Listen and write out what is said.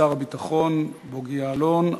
שר הביטחון בוגי יעלון.